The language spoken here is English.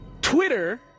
Twitter